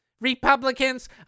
Republicans